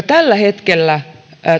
tällä hetkellä